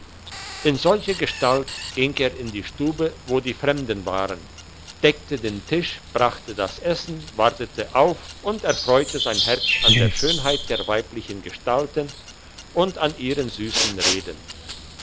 in solcher gestalt ging er in die stube wo die fremden waren deckte den tisch brachte das essen wartete auf und erfreute sein herz an der schönheit der weiblichen gestalten und an ihren süssen reden